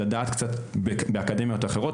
לדעת קצת באקדמיות אחרות,